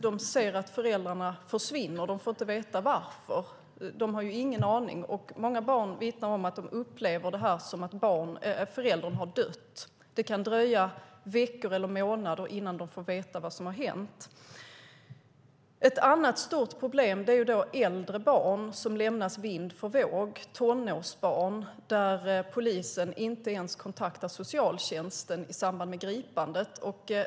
De ser att föräldrarna försvinner, men de har ingen aning om varför. Många barn vittnar om att de upplever det som att föräldern har dött. Det kan dröja veckor eller månader innan de får veta vad som har hänt. Ett annat stort problem är när äldre barn, tonårsbarn, lämnas vind för våg och polisen inte ens kontaktar socialtjänsten i samband med gripanden.